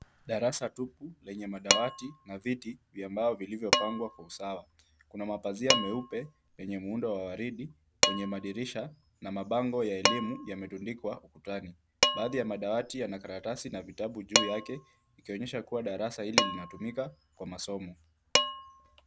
Darasa tupu lenye madawati na viti vya mbao vilivyopangwa kwa usawa. Kuna mapazia meupe yenye muundo wa waridi kwenye madirisha na mabango ya elimu yametundikwa ukutani. Baadhi ya madawati yana karatasi na vitabu juu yake ikionyesha kuwa darasa hili linatumika kwa masomo.